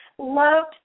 Loved